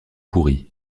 pourri